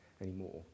anymore